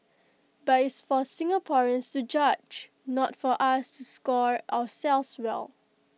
but it's for Singaporeans to judge not for us to score ourselves well